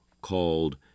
called